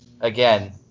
again